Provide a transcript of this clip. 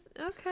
okay